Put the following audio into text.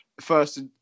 First